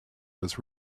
was